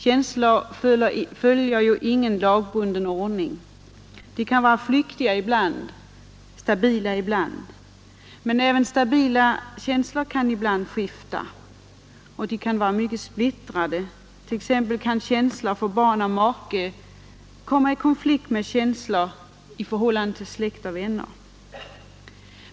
Känslor följer ingen lagbunden ordning — de kan vara flyktiga ibland, stabila ibland. Men även stabila känslor kan skifta och vara splittrade. Så t.ex. kan känslor för barn och make komma i konflikt med förhållande till släkt och vänner.